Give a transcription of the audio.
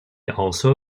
also